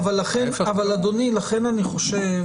אדוני, לכן אני חושב